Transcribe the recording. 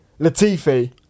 Latifi